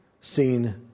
seen